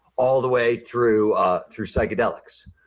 all the way through ah through psychedelics.